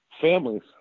families